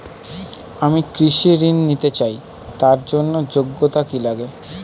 আমি কৃষি ঋণ নিতে চাই তার জন্য যোগ্যতা কি লাগে?